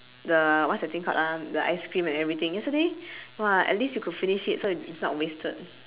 the what's the thing called ah the ice-cream and everything yesterday !wah! at least you could finish it so it's not wasted